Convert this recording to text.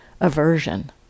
aversion